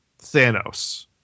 Thanos